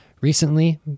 Recently